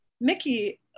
Mickey